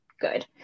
good